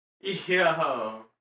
Yo